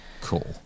Cool